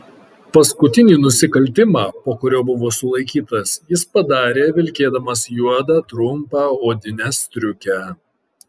paskutinį nusikaltimą po kurio buvo sulaikytas jis padarė vilkėdamas juodą trumpą odinę striukę